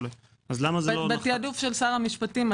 בתעדוף של שר המשפטים.